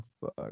fuck